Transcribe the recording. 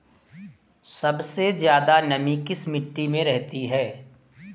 सबसे ज्यादा नमी किस मिट्टी में रहती है?